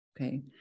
Okay